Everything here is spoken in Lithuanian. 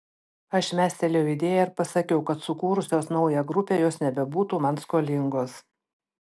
aš mestelėjau idėją ir pasakiau kad sukūrusios naują grupę jos nebebūtų man skolingos